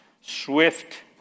swift